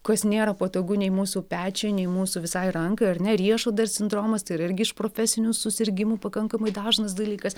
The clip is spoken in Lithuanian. kas nėra patogu nei mūsų pečiui nei mūsų visai rankai ar ne riešo dar sindromas tai yra irgi iš profesinių susirgimų pakankamai dažnas dalykas